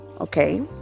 okay